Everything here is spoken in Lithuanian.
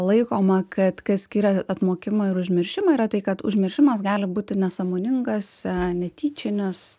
laikoma kad kas skiria atmokimą ir užmiršimą yra tai kad užmiršimas gali būti nesąmoningas netyčia nes